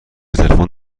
تلفن